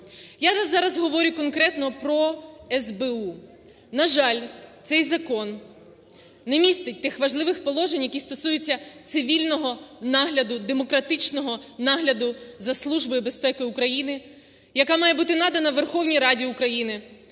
Я зараз говорю конкретно про СБУ. На жаль, цей закон не містить тих важливих положень, які стосуються цивільного нагляду, демократичного нагляду за Службою безпеки України, яка має бути надана Верховній Раді України,